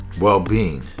well-being